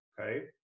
okay